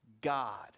God